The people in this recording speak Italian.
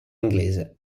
inglese